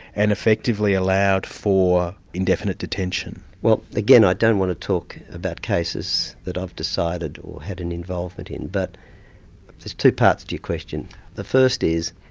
and effectively allowed for indefinite detention. well again, i don't want to talk about cases that i've decided or had an involvement in, but there's two parts to your question the first is,